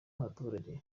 nk’abaturage